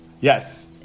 yes